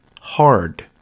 hard